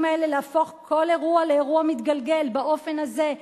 האלה "להפוך כל אירוע לאירוע מתגלגל" באופן הזה,